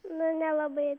nu nelabai